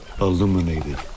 illuminated